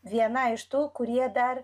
viena iš tų kurie dar